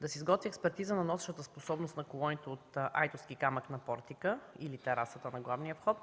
да се изготви експертиза на носещата способност на колоните от айтоски камък на портика и терасата на главния вход,